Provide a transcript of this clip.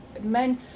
men